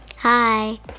Hi